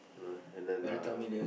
you know and then um